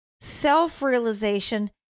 self-realization